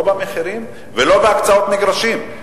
לא במחירים ולא בהקצאות מגרשים.